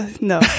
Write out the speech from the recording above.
no